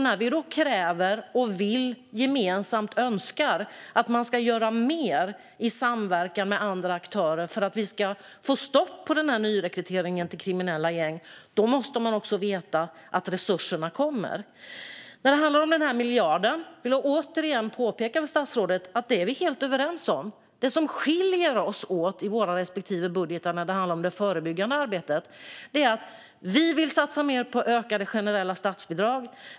När vi då kräver och gemensamt önskar att man ska göra mer i samverkan med andra aktörer för att få stopp på nyrekryteringen till kriminella gäng måste man också veta att resurserna kommer. När det gäller miljarden vill jag återigen framhålla för statsrådet att vi är helt överens. Det som skiljer oss åt i våra respektive budgetar när det handlar om det förebyggande arbetet är att vi vill satsa mer på ökade generella statsbidrag.